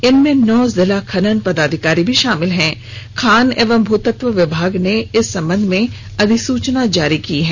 इनमें नौ जिला खनन पदाधिकारी भी शामिल हैं खान एवं भूतत्व विभाग ने इस सम्बन्ध में अधिसूचना जारी कर दी है